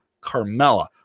Carmella